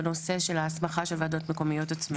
בנושא של ההסמכה של וועדות מקומיות עצמאיות.